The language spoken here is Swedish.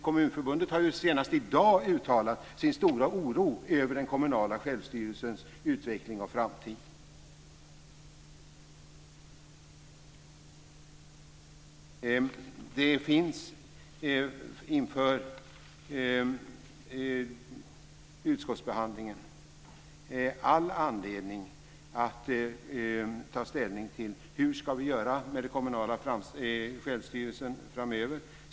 Kommunförbundet har senast i dag uttalat sin stora oro över den kommunala självstyrelsens utveckling och framtid. Det finns inför utskottsbehandlingen all anledning att ta ställning till hur vi ska göra med den kommunala självstyrelsen framöver.